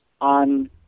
on